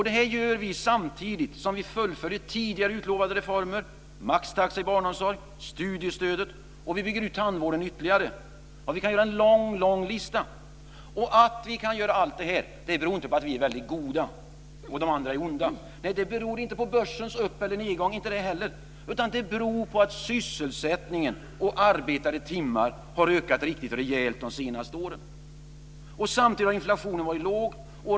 Detta gör vi samtidigt som vi fullföljer tidigare utlovade reformer: maxtaxa i barnomsorg, studiestödet och en ytterligare utbyggnad av tandvården. Vi kan göra en lång lista. Att vi kan göra allt det här beror inte på att vi är goda och de andra onda. Det beror inte heller på börsens upp eller nedgång. Det beror på att sysselsättningen och antalet arbetade timmar har ökat rejält de senaste åren. Samtidigt har inflationen varit låg.